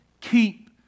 keep